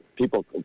People